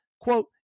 Quote